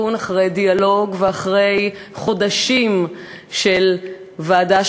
תיקון אחרי דיאלוג ואחרי חודשים של ועדה